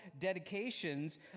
dedications